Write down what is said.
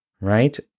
right